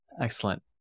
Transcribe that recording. Excellent